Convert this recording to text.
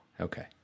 Okay